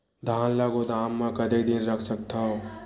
धान ल गोदाम म कतेक दिन रख सकथव?